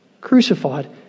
Crucified